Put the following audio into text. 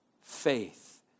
Faith